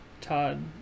Todd